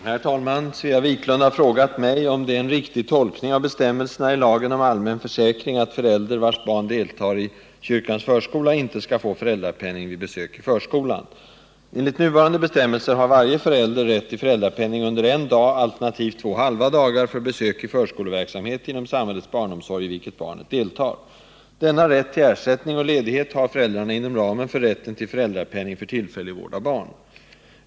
Herr talman! Svea Wiklund har frågat mig om det är en riktig tolkning av bestämmelserna i lagen om allmän försäkring att förälder, vars barn deltar i kyrkans förskola, inte skall få föräldrapenning vid besök i förskolan. inom samhällets barnomsorg i vilken barnet deltar. Denna rätt till ersättning och ledighet har föräldrarna inom ramen för rätten till föräldrapenning för tillfällig vård av barn.